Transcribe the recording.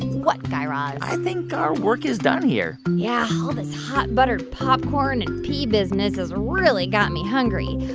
what, guy raz? i think our work is done here yeah, all this hot buttered popcorn and pee business has really gotten me hungry.